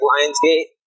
Lionsgate